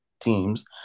teams